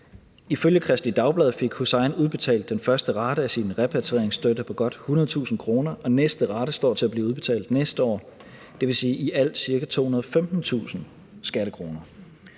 Ifølge Kristeligt Dagblad fik Hussein udbetalt den første rate af sin repatrieringsstøtte på godt 100.000 kr., og næste rate står til at blive udbetalt næste år, dvs. i alt ca. 215.000